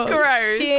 Gross